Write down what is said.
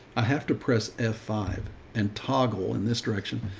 i have to press f five and toggle in this direction.